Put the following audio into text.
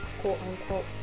quote-unquote